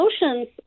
emotions